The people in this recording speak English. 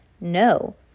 No